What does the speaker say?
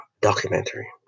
documentary